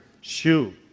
shoe